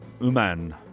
Uman